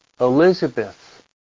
Elizabeth